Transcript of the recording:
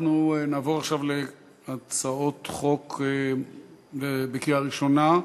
אנחנו נעבור עכשיו להצעות חוק בקריאה ראשונה.